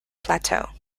plateau